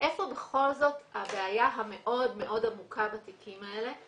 איפה בכל זאת הבעיה המאוד עמוקה בתיקים האלה?